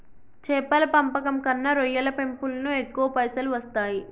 చేపల పెంపకం కన్నా రొయ్యల పెంపులను ఎక్కువ పైసలు వస్తాయి